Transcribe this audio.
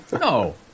No